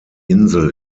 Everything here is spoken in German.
insel